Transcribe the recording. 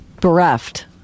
bereft